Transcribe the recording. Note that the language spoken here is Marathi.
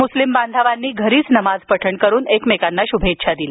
मुस्लिम बांधवांनी घरीच नमाज पठण करून एकमेंकांना शुभेच्छा दिल्या